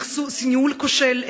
ניהול כושל.